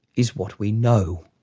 is what we know,